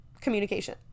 communication